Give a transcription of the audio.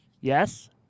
Yes